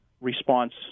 response